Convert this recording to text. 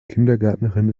kindergärtnerin